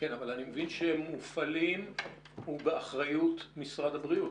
אבל אני מבין שמופעלים ובאחריות של משרד הבריאות.